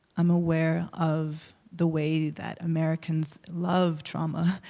i'm aware of the way that americans love trauma,